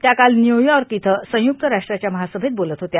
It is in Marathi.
त्या काल व्यूयॉर्क इथं संयुक्त राष्ट्रांच्या महासभेत बोलत होत्या